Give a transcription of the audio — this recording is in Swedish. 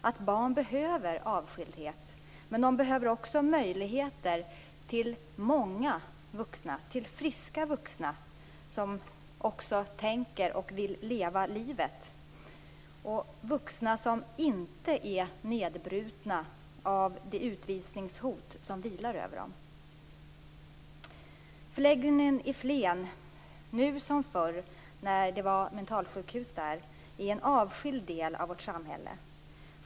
Innebörden i förordningen är att medborgare från Förbundsrepubliken Jugoslavien som vistats så länge i Sverige att ett beslut om av eller utvisning kommer att preskriberas före den 1 januari 1999 får beviljas uppehållstillstånd av humanitära skäl.